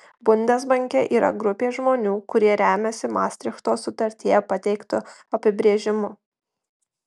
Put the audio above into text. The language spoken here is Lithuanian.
bundesbanke yra grupė žmonių kurie remiasi mastrichto sutartyje pateiktu apibrėžimu